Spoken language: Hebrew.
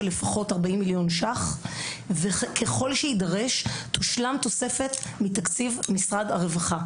לפחות 40 מיליון ₪; "וככל שיידרש תושלם תוספת מתקציב משרד הרווחה"